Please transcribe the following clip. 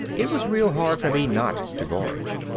it was real hard for me not to gorge.